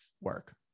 work